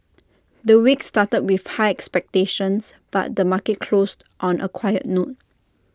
the week started with high expectations but the market closed on A quiet note